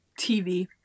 tv